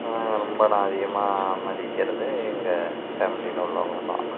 ரொம்ப நான் அதிகமாக மதிக்கிறது எங்கள் ஃபேமிலியில் உள்ளவங்களைதான்